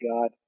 God